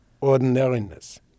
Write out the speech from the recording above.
ordinariness